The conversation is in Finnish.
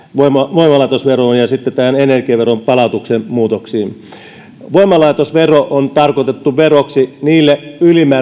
voimalaitosveroon ja sitten tähän energiaveron palautuksen muutoksiin voimalaitosvero on tarkoitettu veroksi niille